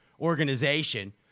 organization